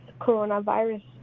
coronavirus